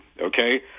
okay